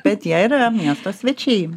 bet jie yra miesto svečiai